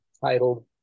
titled